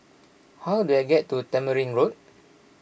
how do I get to Tamarind Road